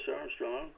Armstrong